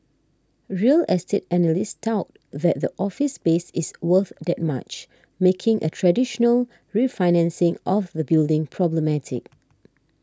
real estate analysts doubt that the office space is worth that much making a traditional refinancing of the building problematic